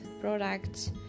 products